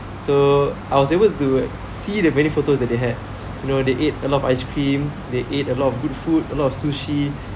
so I was able to see the many photos that they had you know they ate a lot of ice cream they ate a lot of good food a lot of sushi